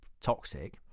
toxic